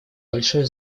большое